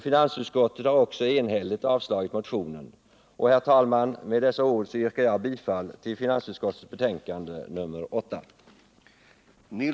Finansutskottet har således Torsdagen den Herr talman! Med dessa ord yrkar jag bifall till finansutskottets hemstäl-.